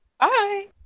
Bye